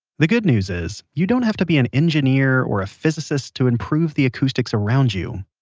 the good news is you don't have to be an engineer or a physicist to improve the acoustics around you.